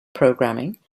programming